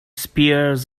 spears